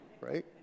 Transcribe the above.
right